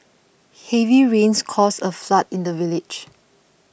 heavy rains caused a flood in the village